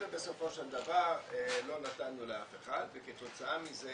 ובסופו של דבר לא נתנו לאף אחד וכתוצאה מזה